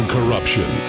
Corruption